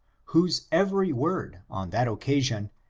whose every word, on that occasion,